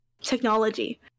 Technology